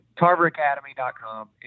TarverAcademy.com